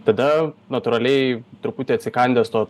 tada natūraliai truputį atsikandęs to